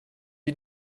you